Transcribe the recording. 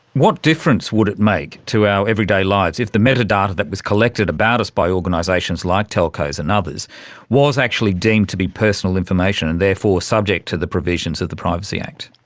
what difference would it make to our everyday lives if the metadata that was collected about us by organisations like telcos and others was actually deemed to be personal information and therefore subject to the provisions of the privacy act?